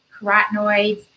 carotenoids